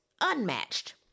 unmatched